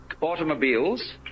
automobiles